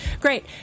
Great